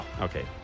Okay